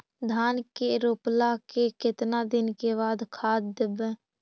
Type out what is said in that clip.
धान के रोपला के केतना दिन के बाद खाद देबै?